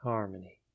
Harmony